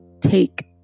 take